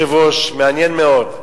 אדוני היושב-ראש, מעניין מאוד,